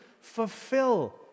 fulfill